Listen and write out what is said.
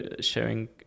sharing